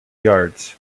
yards